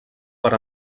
per